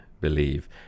believe